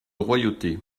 royauté